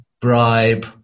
bribe